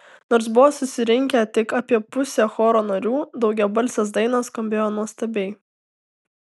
nors buvo susirinkę tik apie pusė choro narių daugiabalsės dainos skambėjo nuostabiai